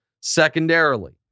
Secondarily